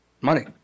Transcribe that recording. money